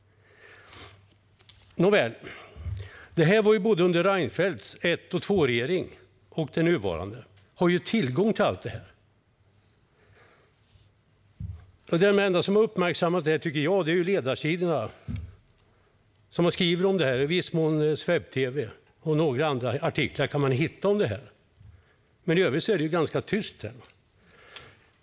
Detta skedde under Reinfeldts både första och andra regering, och den nuvarande regeringen har tillgång till allt detta. De enda som har uppmärksammat detta är, tycker jag, ledarsidorna, som skriver om det, och i viss mån Swebb-tv. Man kan hitta några andra artiklar om detta, men i övrigt är det ganska tyst.